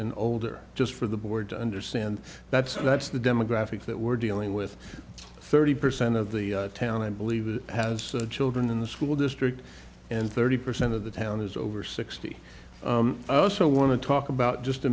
and older just for the board to understand that's that's the demographic that we're dealing with thirty percent of the town i believe has children in the school district and thirty percent of the town is over sixty oh so want to talk about just a